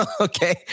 okay